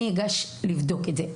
אני אגש לבדוק את זה.